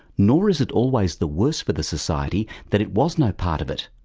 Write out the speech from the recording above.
nor is it always the worse for the society that it was no part of it.